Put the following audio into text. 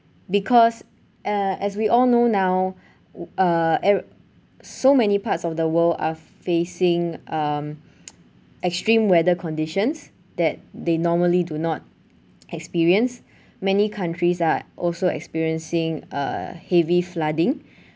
because uh as we all know now uh ev~ so many parts of the world are facing um extreme weather conditions that they normally do not experience many countries are also experiencing a heavy flooding